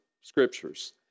scriptures